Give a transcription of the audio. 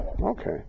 Okay